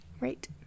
right